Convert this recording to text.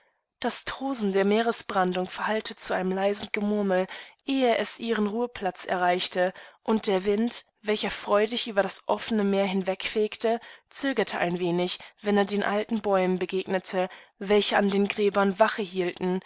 das tosen der meeresbrandung verhallte zu einem leisen gemurmel ehe es ihren ruheplatz erreichte und der wind welcher freudig über das offenemeerhinfegte zögerteeinwenig wennerdenaltenbäumenbegegnete welche an den gräbern wache hielten